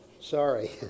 Sorry